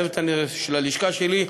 לצוות של הלשכה שלי.